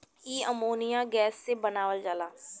इ ammonia gas से बनावल जाला